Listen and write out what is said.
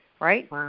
right